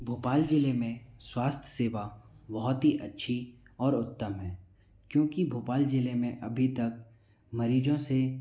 भोपाल जिले में स्वास्थ्य सेवा बहुत ही अच्छी और उत्तम है क्योंकि भोपाल जिले में अभी तक मरीजों से